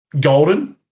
Golden